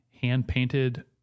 hand-painted